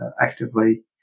actively